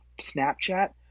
Snapchat